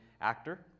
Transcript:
Actor